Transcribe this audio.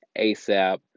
ASAP